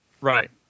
Right